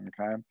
okay